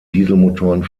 dieselmotoren